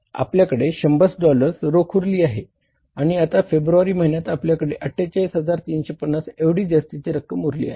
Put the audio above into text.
आपल्याकडे 100 डॉलर्स रोख उरली आहे आणि आता फेब्रुवारी महिन्यात आपल्याकडे 48350 एवढी जास्तीची रक्कम उरली आहे